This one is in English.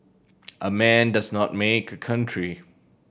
a man does not make a country